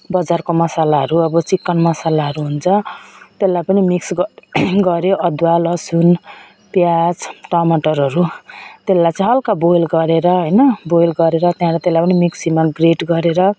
बजारको मसालाहरू अब चिकन मसालाहरू हुन्छ त्यसलाई पनि मिक्स ग गऱ्यो अदुवा लसुन प्याज टमाटरहरू त्यसलाई चाहिँ हल्का बोयल गरेर होइन बोयल गरेर त्यहाँबाट त्यसलाई पनि मिक्सीमा ग्रेट गरेर